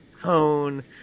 tone